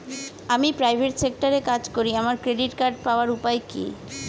আমি প্রাইভেট সেক্টরে কাজ করি আমার ক্রেডিট কার্ড পাওয়ার উপায় কি?